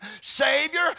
Savior